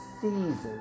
seasons